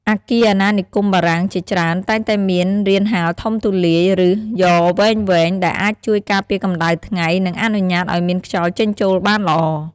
អគារអាណានិគមបារាំងជាច្រើនតែងតែមាន រានហាលធំទូលាយ ឬ យ៉រវែងៗ ដែលអាចជួយការពារកម្ដៅថ្ងៃ និងអនុញ្ញាតឱ្យមានខ្យល់ចេញចូលបានល្អ។